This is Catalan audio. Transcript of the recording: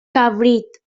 cabrit